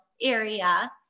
area